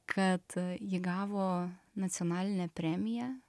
kad ji gavo nacionalinę premiją